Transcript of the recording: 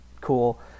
cool